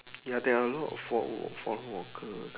ya there are a lot of foreign worker